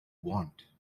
want